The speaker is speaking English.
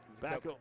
Back